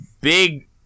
big